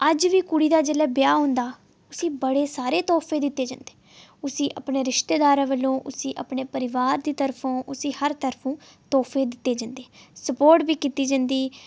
अज्ज बी कुड़ी दा जेल्लै ब्याह् होंदा उसी बड़े हारे तोह्फे दित्ते जंदे न उसी अपने रिश्तेदारें पासेआ उसी अपने परोआर दे पासेआ उसी हर पासेआ तोह्फे दित्ते जंदे स्पोर्ट बी कीती जंदी